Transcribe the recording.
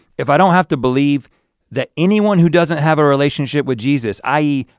if i don't have to believe that anyone who doesn't have a relationship with jesus i e.